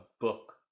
book